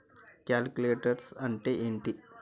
Collaterals అంటే ఏంటిది?